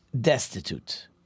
destitute